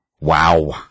Wow